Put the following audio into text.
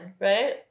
Right